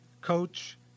coach